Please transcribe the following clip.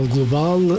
Global